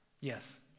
Yes